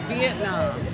Vietnam